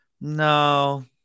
No